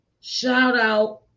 shout-out